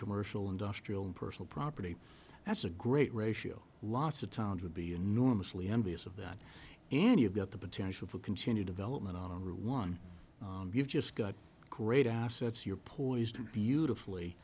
commercial industrial and personal property that's a great ratio lots of towns would be enormously envious of that and you've got the potential for continued development on route one you've just got great assets you're poised beautifully